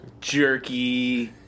jerky